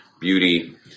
beauty